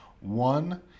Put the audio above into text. one